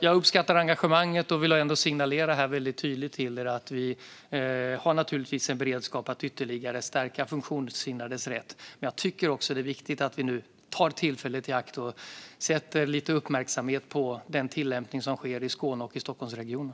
Jag uppskattar engagemanget och vill signalera tydligt till er att vi naturligtvis har beredskap att ytterligare stärka funktionshindrades rätt. Men jag tycker också att det är viktigt att vi nu tar tillfället i akt och sätter lite uppmärksamhet på den tillämpning som sker i Skåne och i Stockholmsregionen.